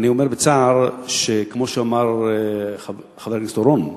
אני אומר בצער, כמו שאמר חבר הכנסת אורון,